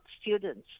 students